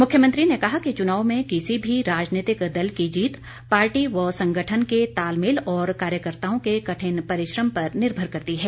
मुख्यमंत्री ने कहा कि च़नाव में किसी भी राजनीतिक दल की जीत पार्टी व संगठन के तालमेल और कार्यकर्ताओं के कठिन परिश्रम पर निर्भर करती है